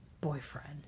boyfriend